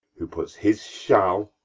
who puts his shall,